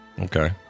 Okay